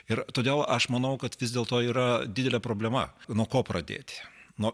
ir todėl aš manau kad vis dėlto yra didelė problema nuo ko pradėti nuo